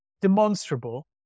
demonstrable